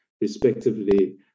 respectively